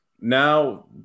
Now